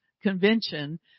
convention